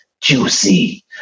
juicy